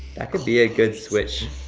that could be a good switch.